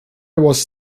was